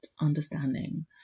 understanding